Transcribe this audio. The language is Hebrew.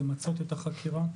למצות את החקירה.